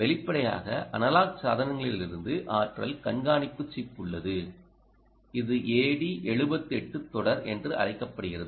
வெளிப்படையாக அனலாக் சாதனங்களிலிருந்து ஆற்றல் கண்காணிப்பு சிப் உள்ளது இது AD78 தொடர் என்று அழைக்கப்படுகிறது